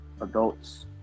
adults